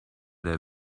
der